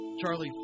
Charlie